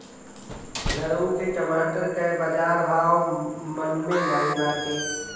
घुरहु के टमाटर कअ बजार भाव मलूमे नाइ बाटे